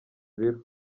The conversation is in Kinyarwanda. ibiro